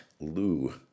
Lou